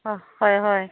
অঁ হয় হয়